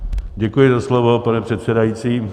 Děkuji za slovo, pane předsedající.